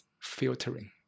filtering